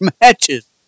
matches